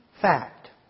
fact